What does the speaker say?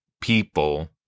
people